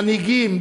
מנהיגים,